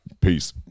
Peace